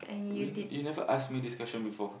we you never ask me this question before